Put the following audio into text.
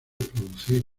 producir